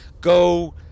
go